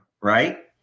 right